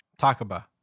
Takaba